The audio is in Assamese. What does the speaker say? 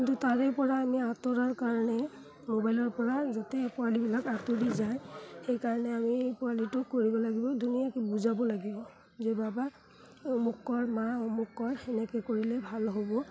কিন্তু তাৰে পৰা আমি আঁতৰাৰ কাৰণে মোবাইলৰ পৰা যাতে পোৱালিবিলাক আঁতৰি যায় সেইকাৰণে আমি পোৱালিটো কৰিব লাগিব ধুনীয়াকৈ বুজাব লাগিব যে বাবা অমুক কৰ মা অমুক কৰ সেনেকৈ কৰিলে ভাল হ'ব